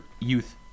Youth